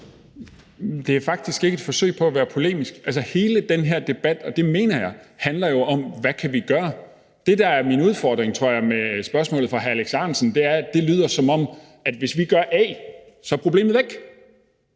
Det er faktisk ikke et forsøg på at være polemisk. Hele den her debat – og det mener jeg – handler jo om, hvad vi kan gøre. Det, der er min udfordring, tror jeg, med spørgsmålet fra hr. Alex Ahrendtsen, er, at det lyder, som om problemet er